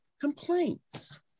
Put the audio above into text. complaints